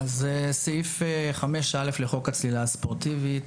אז סעיף 5(א) לחוק הצלילה הספורטיבית